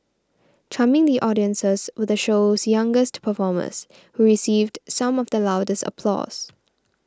charming the audiences were the show's youngest performers who received some of the loudest applause